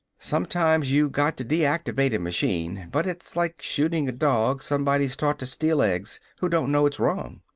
sometimes you got to deactivate a machine, but it's like shooting a dog somebody's taught to steal eggs, who don't know it's wrong.